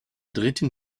dritten